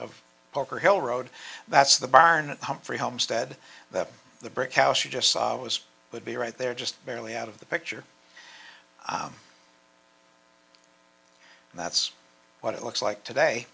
of poker hill road that's the barn humphrey homestead that the brick house you just saw was would be right there just barely out of the picture and that's what it looks like today